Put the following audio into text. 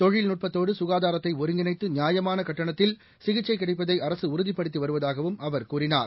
தொழில்நுட்பத்தோடு சுகாதாரத்தை ஒருங்கிணைத்து நியாயமான கட்டணத்தில் சிகிச்சை கிடைப்பதை அரசு உறுதிப்படுத்தி வருவதாகவும் அவர் கூறினார்